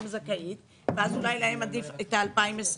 זכאית ואז אולי להם עדיף את ההשוואה ל-2020,